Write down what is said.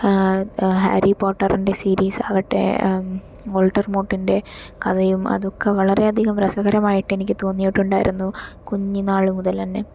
ഹാരിപോട്ടറിന്റെ series ആകട്ടെ വാൾട്ടർമോട്ടിന്റെ കഥയും അതൊക്കെ വളരെയധികം രസകരമായിട്ട് എനിക്ക് തോന്നിയിട്ടുണ്ടായിരുന്നു കുഞ്ഞിനാൾ മുതൽ തന്നെ